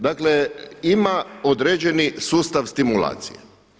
Dakle ima određeni sustav stimulacije.